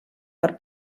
per